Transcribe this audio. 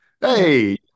hey